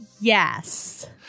yes